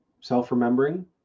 self-remembering